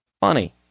funny